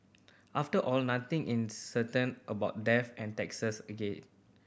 after all nothing in certain about death and taxes again